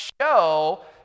show